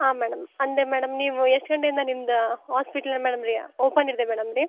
ಹಾಂ ಮೇಡಮ್ ಅಂದರೆ ಮೇಡಮ್ ನೀವು ಎಷ್ಟು ಗಂಟೆಯಿಂದ ನಿಮ್ಮದು ಹಾಸ್ಪಿಟಲ್ ಮೇಡಮ್ ರೀ ಓಪನ್ ಇದೆ ರೀ ಮೇಡಮ್ ರೀ